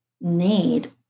need